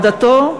עדתו,